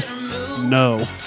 No